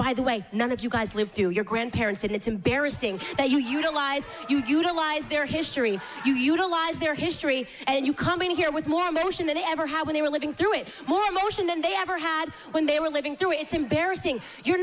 by the way none of you guys lived through your grandparents and it's embarrassing but you utilize utilize their history you utilize their history and you come in here with more ammunition than ever how many were living through it my motion than they ever had when they were living through it's embarrassing you're